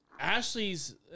Ashley's